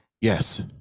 Yes